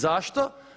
Zašto?